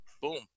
boom